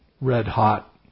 red-hot